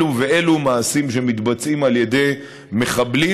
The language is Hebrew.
אלו ואלו מעשים שמתבצעים על ידי מחבלים,